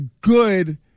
good